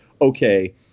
Okay